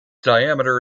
diameter